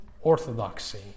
Orthodoxy